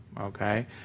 okay